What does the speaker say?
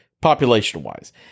population-wise